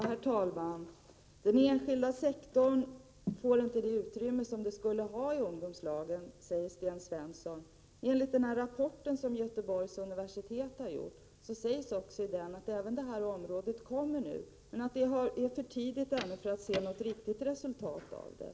Herr talman! Den enskilda sektorn får inte det utrymme i ungdomslagen som den skulle ha, säger Sten Svensson. Men i den rapport som Göteborgs universitet har utarbetat sägs att verksamheten har börjat inriktas också på det området, men att det ännu är för tidigt att avläsa något resultat av detta.